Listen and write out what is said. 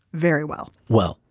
very well well,